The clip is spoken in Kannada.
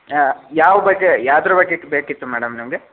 ಯಾವ ಬಗ್ಗೆ ಯಾವುದ್ರ ಬಗ್ಗೆ ಬೇಕಿತ್ತು ಮೇಡಮ್ ನಿಮಗೆ